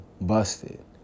busted